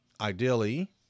ideally